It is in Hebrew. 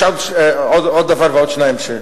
יש עוד דבר, עוד שניים.